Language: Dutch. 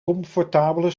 comfortabele